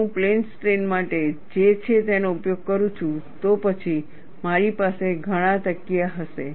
જો હું plane strain માટે જે છે તેનો ઉપયોગ કરું છું તો પછી મારી પાસે ઘણા તકિયા હશે